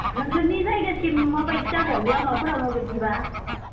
नोंसोरनि जायगासिम माबायदि जागोन लामाफोरा माबायदिबा